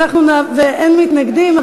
אין מתנגדים.